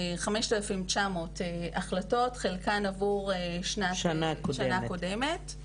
5,900 החלטות שחלקן עבור שנה קודמת.